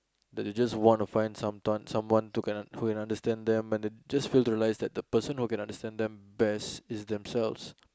that they just want to find sometime someone to can who can understand them but them just realize that the person who can understand them best is themselves